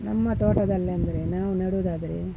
ನಮ್ಮ ತೋಟದಲ್ಲೆಂದ್ರೆ ನಾವು ನೆಡೋದಾದ್ರೆ